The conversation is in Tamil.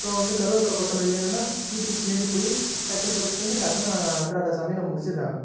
இப்போது வந்து கருவேப்பிலை கொத்தமல்லி வேணும்னா வீட்டுக்கு பின்னாடி போய் டக்குனு பறித்திட்டு வந்து டக்குனு அன்றாட சமையலை முடிச்சிடுறாங்க